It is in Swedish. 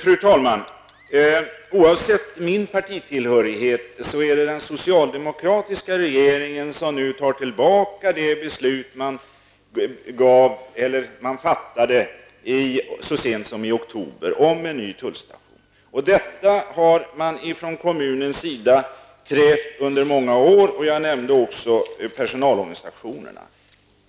Fru talman! Oavsett min partitillhörighet är det den socialdemokratiska regeringen som nu tar tillbaka det beslut om en ny tullstation som den fattade så sent som i oktober. Man har från kommunens sida i många år krävt en ny tullstation, och det har också personalorganisationerna